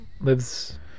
lives